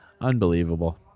Unbelievable